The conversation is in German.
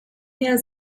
her